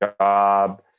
job